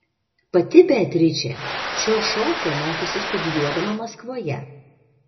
pati beatričė šio šokio mokėsi studijuodama maskvoje